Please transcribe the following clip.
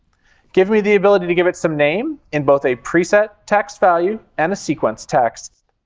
give me the ability to give it some name, in both a preset text value and a sequence text.